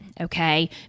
okay